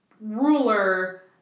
ruler